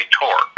torque